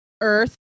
Earth